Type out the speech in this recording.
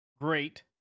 Great